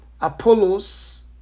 Apollos